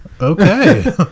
Okay